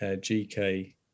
gk